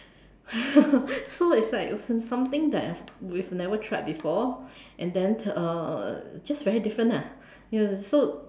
so it's like something that I've we've never tried before and then uh just very different lah ya so